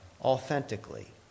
authentically